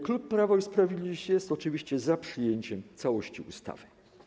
Klub Prawo i Sprawiedliwość jest oczywiście za przyjęciem całości ustawy.